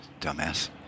dumbass